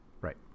Right